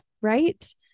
right